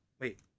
Wait